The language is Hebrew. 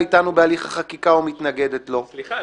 איתנו בהליך החקיקה ומתנגדת לו -- סליחה,